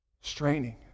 Straining